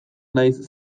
nahiz